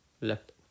left